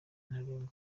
ntarengwa